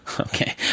okay